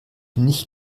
nicht